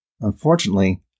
Unfortunately